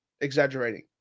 exaggerating